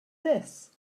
this